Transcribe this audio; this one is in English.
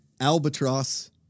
albatross